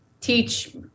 teach